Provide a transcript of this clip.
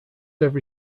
every